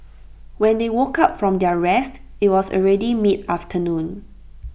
when they woke up from their rest IT was already mid afternoon